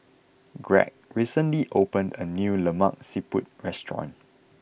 Gregg recently opened a new Lemak Siput Restaurant